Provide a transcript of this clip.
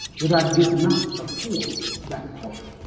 that i did not preform that part.